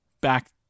back